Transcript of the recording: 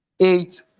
eight